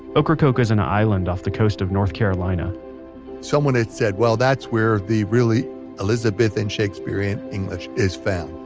ocracoke is an island off the coast of north carolina someone had said, well, that's where the really elizabethan, shakespearean english is found.